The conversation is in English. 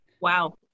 wow